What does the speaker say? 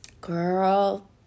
Girl